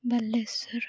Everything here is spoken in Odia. ବାଲେଶ୍ୱର